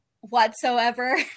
whatsoever